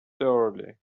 thoroughly